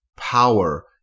power